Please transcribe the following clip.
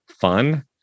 fun